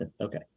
Okay